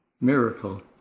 miracle